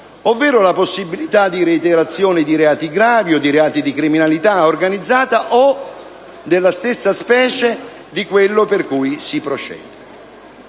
ovvero la possibilità di reiterazione di reati gravi o di reati di criminalità organizzata, o della stessa specie di quello per cui si procede.